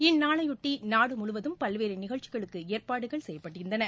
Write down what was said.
இந்நாளையொட்டி நாடு முழுவதம் பல்வேறு நிகழ்ச்சிகளுக்கு ஏற்பாடுகள் செய்யப்பட்டிருந்தன